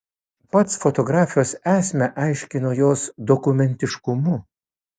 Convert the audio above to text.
pats fotografijos esmę aiškino jos dokumentiškumu